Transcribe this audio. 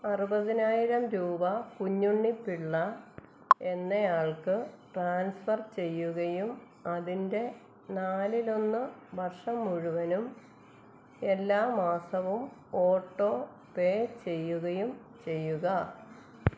അറുപതിനായിരം രൂപ കുഞ്ഞുണ്ണി പിള്ള എന്നയാൾക്ക് ട്രാൻസ്ഫർ ചെയ്യുകയും അതിന്റെ നാലിലൊന്ന് വർഷം മുഴുവനും എല്ലാ മാസവും ഓട്ടോ പേ ചെയ്യുകയും ചെയ്യുക